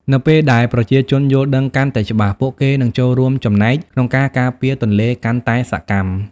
នៅពេលដែលប្រជាជនយល់ដឹងកាន់តែច្បាស់ ពួកគេនឹងចូលរួមចំណែកក្នុងការការពារទន្លេកាន់តែសកម្ម។